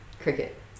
Cricket